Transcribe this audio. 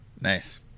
Nice